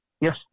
Yes